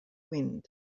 wind